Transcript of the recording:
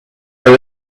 our